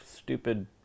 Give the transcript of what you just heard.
Stupid